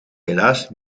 helaas